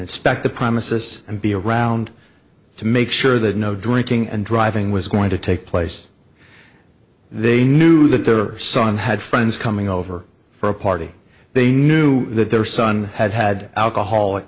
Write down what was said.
inspect the premises and be around to make sure that no drinking and driving was going to take place they knew that their son had friends coming over for a party they knew that their son had had